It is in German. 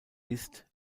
ist